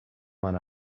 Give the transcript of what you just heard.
man